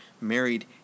married